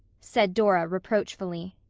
said dora reproachfully.